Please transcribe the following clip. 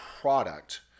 product